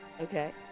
Okay